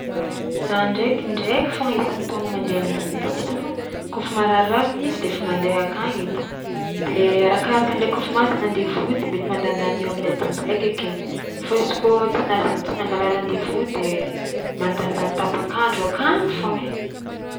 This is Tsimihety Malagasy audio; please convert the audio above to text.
Za ndrainky indraiky foagna isan-taogna mandeha am'dentiste fô kaofa mararirary nify de fa mandeha akagny edy de arakaraka ndraiky kaofa mahazo rendez-vous de mety mandanindany eo amin'ny adiny raiky akeo fô izy kôa tsy nazan- tsy nangala rendez-vous de mandanindany tapak'andro akagny foagna ai.